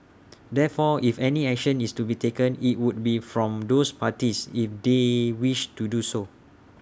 therefore if any action is to be taken IT would be from those parties if they wish to do so